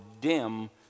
dim